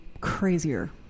Crazier